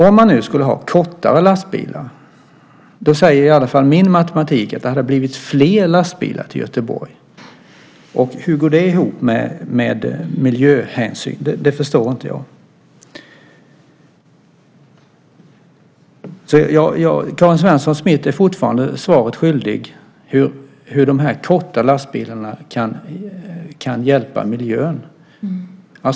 Om man nu skulle ha kortare lastbilar säger i alla fall min matematik att det hade blivit fler lastbilar till Göteborg, och hur går det ihop med miljöhänsyn? Det förstår inte jag. Karin Svensson Smith är mig fortfarande svaret skyldig hur de korta lastbilarna kan hjälpa miljön.